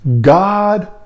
God